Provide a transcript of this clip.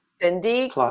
Cindy